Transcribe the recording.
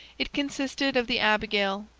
it consisted of the abigail,